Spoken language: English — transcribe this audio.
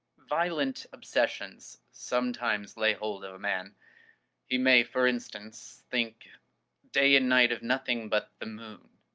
violent obsessions sometimes lay hold of a man he may, for instance, think day and night of nothing but the moon.